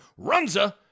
Runza